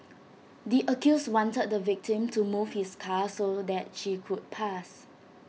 the accused wanted the victim to move his car so that she could pass